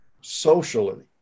socially